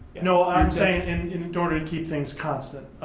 no i'm saying and in and order to keep things constant.